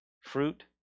fruit